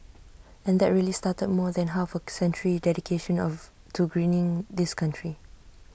and that really started more than half A century dedication of to greening this country